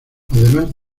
además